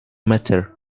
matter